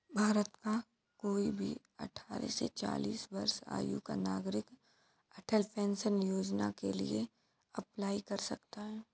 भारत का कोई भी अठारह से चालीस वर्ष आयु का नागरिक अटल पेंशन योजना के लिए अप्लाई कर सकता है